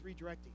redirecting